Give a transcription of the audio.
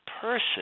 person